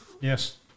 Yes